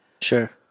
sure